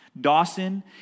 Dawson